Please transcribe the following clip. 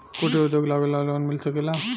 कुटिर उद्योग लगवेला लोन मिल सकेला?